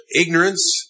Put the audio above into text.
ignorance